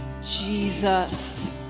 Jesus